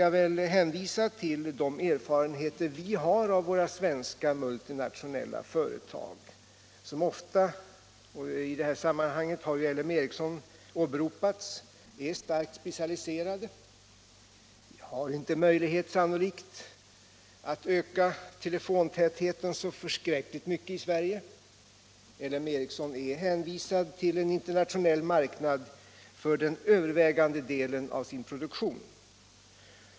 Jag vill hänvisa till de erfarenheter vi har från våra svenska multinationella företag, som ofta — och i det sammanhanget har LM Ericsson åberopats — är starkt specialiserade. Vi har sannolikt inte möjlighet att öka telefontätheten så särskilt mycket i Sverige. L M Ericsson är hänvisat till en internationell marknad för den övervägande delen av sin produktion.